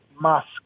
Musk